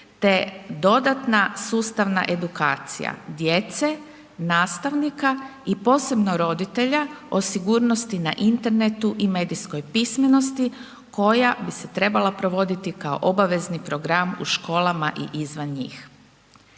te dodatna sustavna edukacija djece, nastavnika i posebno roditelja o sigurnosti na internetu i medijskoj pismenosti koja bi se trebala provoditi kao obavezni program u školama i izvan njih.